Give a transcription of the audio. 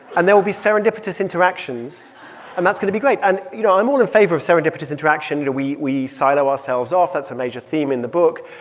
and there will be serendipitous interactions and that's going to be great. and, you know, i'm all in favor of serendipitous interaction. we we silo ourselves off. that's a major theme in the book.